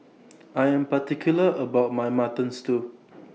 I Am particular about My Mutton Stew